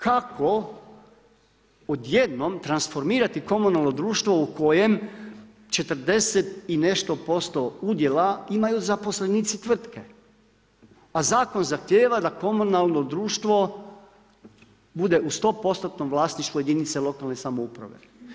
Kako odjednom transformirati komunalno društvo u kojem 40 i nešto posto udjela imaju zaposlenici tvrtke, a zakon zahtjeva da komunalno društvo bude u 100%-tnom vlasništvu jedinice lokalne samouprave.